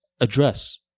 address